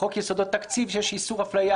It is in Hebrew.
חוק יסוד: התקציב שיש בו איסור אפליה,